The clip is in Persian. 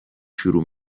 شروع